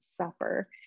Supper